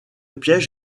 piège